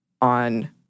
on